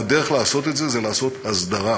והדרך לעשות את זה זה לעשות הסדרה,